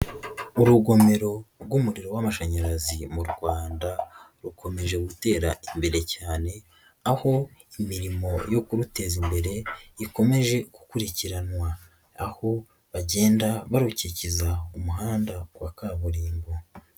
Urugomero rw'umuriro w'amashanyarazi mu Rwanda rukomeje gutera imbere cyane, aho imirimo yo kuruteza imbere ikomeje gukurikiranwa, aho bagenda barukikiza umuhanda kwa kaburimbo.